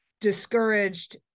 discouraged